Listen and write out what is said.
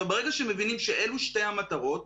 ברגע שמבינים שאלו שתי המטרות,